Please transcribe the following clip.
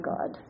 God